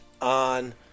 on